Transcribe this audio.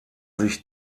sich